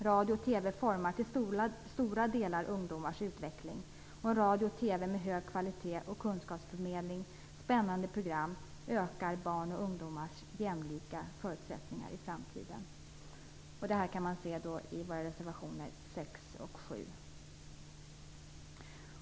Radio och TV formar till stora delar ungdomars utveckling, och en radio och TV med hög kvalitet och kunskapsförmedling samt spännande program ökar barns och ungdomars jämlika förutsättningar i framtiden. Detta står i våra reservationer 6 och 7.